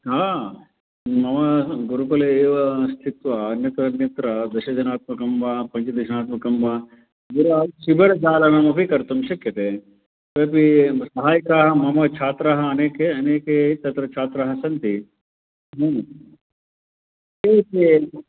मम गुरुकुले एव स्थित्वा अन्यत्र अन्यत्र दशजनात्मकं वा पञ्चदशात्मकं वा गुराोः शिबिरचालनमपि कर्तुं शक्यते तर्हि सहायकाः मम छात्राः अनेके अनेके तत्र छात्राः सन्ति के ते